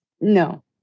No